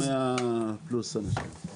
עוד 100 פלוס אנשים.